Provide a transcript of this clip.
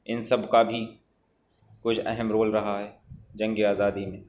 ان سب کا بھی کچھ اہم رول رہا ہے جنگ آزادی میں